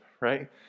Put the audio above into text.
right